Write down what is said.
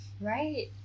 Right